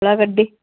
ಉಳ್ಳಾಗಡ್ಡೆ